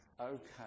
okay